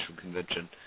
Convention